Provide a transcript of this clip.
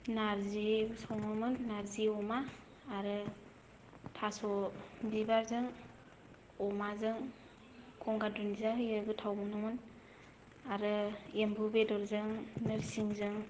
नारजिबो सङोमोन नारजि अमा आरो थास' बिबारजों अमाजों गंगार दुन्दिया होयो गोथाव मोनोमोन आरो एम्बु बेदरजों नोरसिंजों